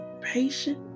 patient